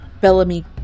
Bellamy